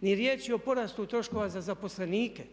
Ni riječi o porastu troškova za zaposlenike